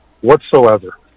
whatsoever